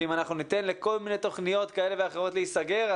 ואם אנחנו ניתן לכל מיני תוכניות כאלה ואחרות להיסגר,